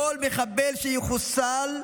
כל מחבל שיחוסל,